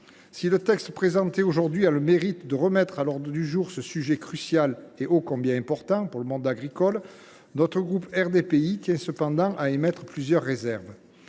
Si le texte présenté aujourd’hui a le mérite de remettre à l’ordre du jour ce sujet crucial et ô combien important pour le monde agricole, les membres du groupe RDPI tiennent cependant à émettre plusieurs réserves.